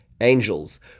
Angels